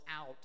out